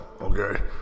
okay